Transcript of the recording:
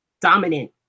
dominant